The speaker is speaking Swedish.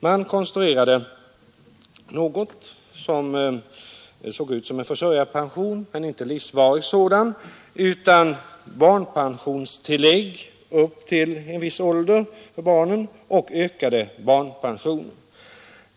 Man konstruerade något som såg ut som en försörjarpension, men inte en livsvarig sådan, med barnpensionstillägg upp till en viss ålder för barnen och ökade barnpensioner.